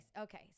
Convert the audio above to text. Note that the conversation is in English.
okay